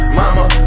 mama